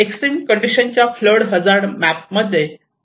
extreme condition साठीच्या flood hazard map मध्ये 0